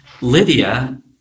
Lydia